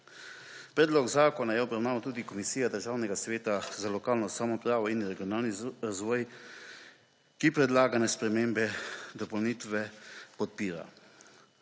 Predlog zakona je obravnavala tudi Komisija Državnega sveta za lokalno samoupravo in regionalni razvoj, ki predlagane spremembe dopolnitve podpira.